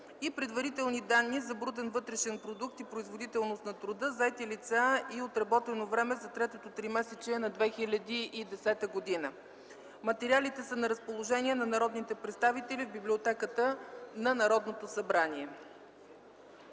и предварителни данни за брутен вътрешен продукт и производителност на труда, заети лица и отработено време за третото тримесечие на 2010 г. Материалите са на разположение на народните представители в Библиотеката на Народното събрание.